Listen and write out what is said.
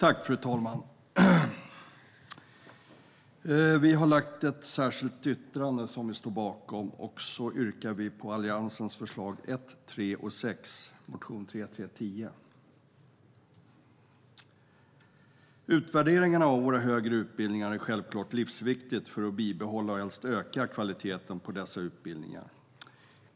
Fru talman! Vi har lagt in ett särskilt yttrande som vi står bakom, och vi yrkar bifall till punkt 1, 3 och 6 i Alliansens förslag i motion 3310. Utvärdering av våra högre utbildningar är självklart livsviktigt för att bibehålla och helst öka kvaliteten på dessa utbildningar.